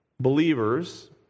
believers